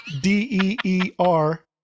D-E-E-R